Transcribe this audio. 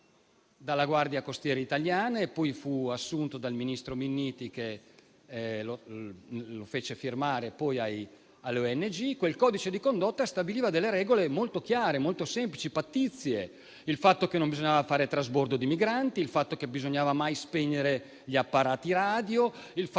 dalla Guardia costiera italiana e fu assunto dal ministro Minniti che lo fece poi firmare alle ONG. Quel codice di condotta stabiliva delle regole molto chiare, molto semplici, pattizie: il fatto che non bisognasse fare trasbordo di migranti; il fatto che non bisognasse mai spegnere gli apparati radio; il fatto